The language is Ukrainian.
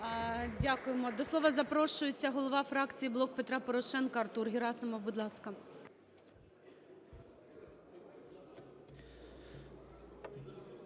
Дякуємо. До слова запрошується голова фракції "Блок Петра Порошенка" Артур Герасимов, будь ласка.